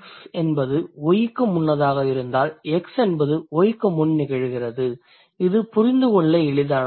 x என்பது y க்கு முன்னதாக இருந்தால் x என்பது y க்கு முன் நிகழ்கிறது இது புரிந்துகொள்ள எளிதானது